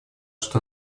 что